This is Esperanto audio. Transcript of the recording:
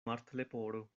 martleporo